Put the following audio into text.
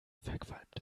verqualmt